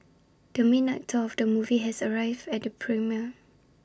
the main actor of the movie has arrived at the premiere